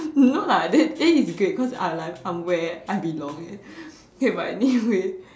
no lah then then it's great cause I'll like I'm where I belong eh K but anyway